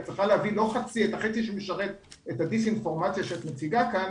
את צריכה להביא לא רק את החצי שמשרת את הדיסאינפורמציה שאת מציגה כאן,